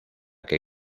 que